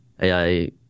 AI